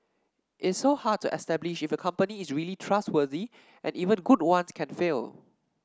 it's so hard to establish if a company is really trustworthy and even good ones can fail